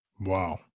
Wow